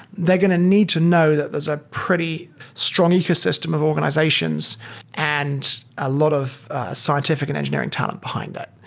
they're going to need to know that those are pretty strong ecosystem of organizations and a lot of scientifi c and engineering talent behind it.